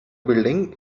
building